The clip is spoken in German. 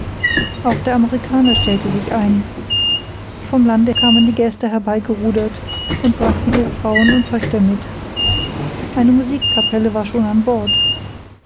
auch der amerikaner stellte sich ein vom lande kamen die gäste herbeigerudert und brachten ihre frauen und töchter mit eine musikkapelle war schon an bord